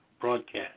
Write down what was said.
broadcast